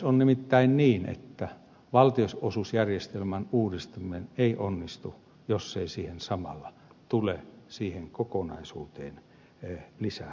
on nimittäin niin että valtionosuusjärjestelmän uudistaminen ei onnistu jos ei siihen kokonaisuuteen tule samalla lisää resursseja